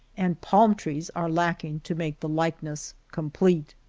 and palm-trees are lacking to make the likeness complete.